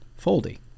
Foldy